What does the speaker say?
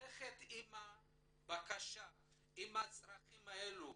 ללכת עם הבקשה ועם הצרכים האלה.